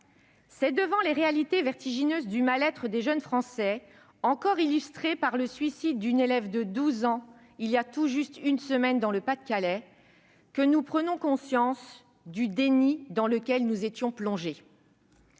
C'est devant les réalités vertigineuses du mal-être des jeunes Français, encore illustrées par le suicide d'une élève de 12 ans dans le Pas-de-Calais, il y a tout juste une semaine, que nous prenons conscience du déni dans lequel nous étions plongés.